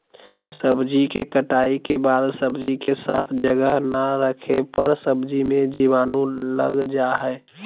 सब्जी के कटाई के बाद सब्जी के साफ जगह ना रखे पर सब्जी मे जीवाणु लग जा हय